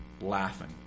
laughing